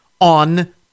on